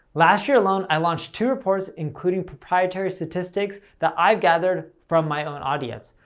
last year alone, i launched two reports including proprietary statistics that i gathered from my own audience.